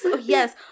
yes